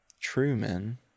Truman